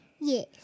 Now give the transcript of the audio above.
Yes